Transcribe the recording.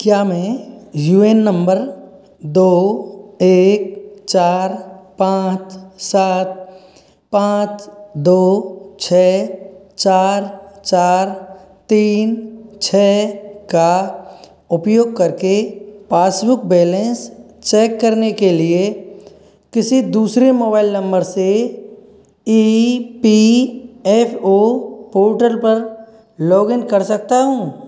क्या मैं U N number दो एक चार पाँच सात पाँच दो छः चार चार तीन छः का उपयोग करके पासबुक बैलेंस चेक करने के लिए किसी दूसरे मोबाइल नंबर से E P F O portal log in कर सकता हूँ